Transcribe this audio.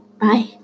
Bye